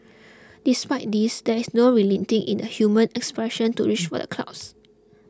despite this there is no relenting in the human aspiration to reach for the clouds